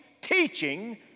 Teaching